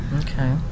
Okay